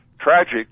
Tragic